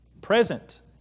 present